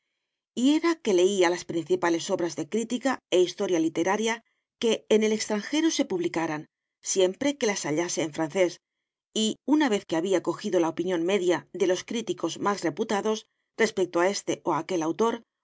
y era que leía las principales obras de crítica e historia literaria que en el extranjero se publicaran siempre que las hallase en francés y una vez que había cojido la opinión media de los críticos más reputados respecto a este o aquel autor